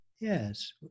yes